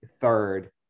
third